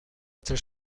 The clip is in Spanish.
tres